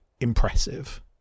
impressive